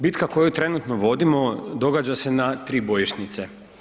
Bitka koju trenutno vodimo događa se na tri bojišnice.